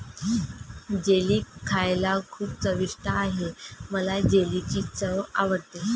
jelly खायला खूप चविष्ट आहे मला जेलीची चव आवडते